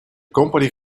company